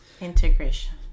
Integration